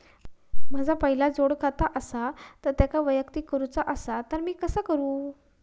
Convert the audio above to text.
माझा पहिला जोडखाता आसा त्याका वैयक्तिक करूचा असा ता मी कसा करू?